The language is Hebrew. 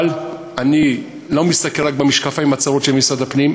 אבל אני לא מסתכל רק במשקפיים הצרים של משרד הפנים,